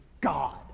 God